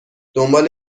دنبال